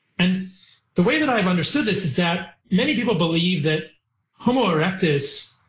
and the way that i've understood this is that many people believe that homo erectus,